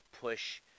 push